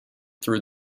through